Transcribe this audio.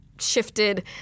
shifted